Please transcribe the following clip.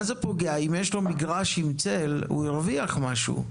אם יש לו מגרש עם צל, הוא ירוויח משהו.